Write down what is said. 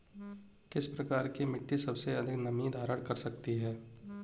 किस प्रकार की मिट्टी सबसे अधिक नमी धारण कर सकती है?